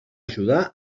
ajudar